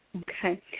Okay